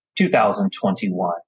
2021